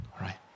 right